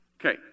Okay